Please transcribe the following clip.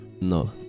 No